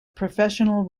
professional